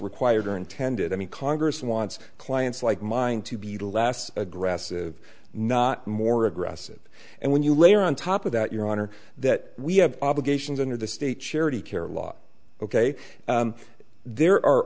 required or intended i mean congress wants clients like mine to be less aggressive not more aggressive and when you layer on top of that your honor that we have obligations under the state charity care law ok there are